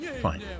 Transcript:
Fine